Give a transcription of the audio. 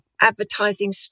advertising